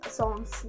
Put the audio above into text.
songs